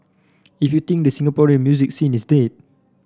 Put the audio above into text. if you think the Singaporean music scene is dead